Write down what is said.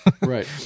Right